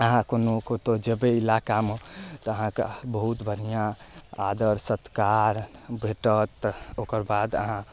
अहाँ कोनो कतौ जेबै इलाकामे तऽ अहाँके बहुत बढ़िआँ आदर सत्कार भेटत ओकर बाद अहाँ